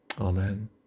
Amen